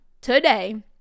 today